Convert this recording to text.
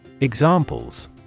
Examples